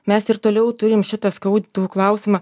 mes ir toliau turim šitą skaudų klausimą